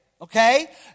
okay